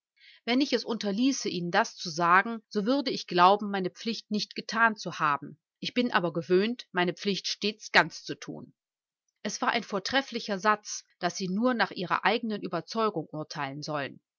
wenn ich es unterließe ihnen das zu sagen so würde ich glauben meine pflicht nicht getan zu haben ich bin aber gewöhnt meine pflicht stets ganz zu tun es war ein vortrefflicher satz daß sie nur nach ihrer eigenen überzeugung urteilen sollen